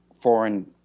foreign